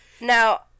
Now